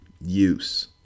use